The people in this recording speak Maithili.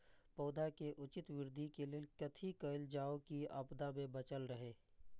पौधा के उचित वृद्धि के लेल कथि कायल जाओ की आपदा में बचल रहे?